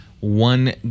one